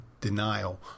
denial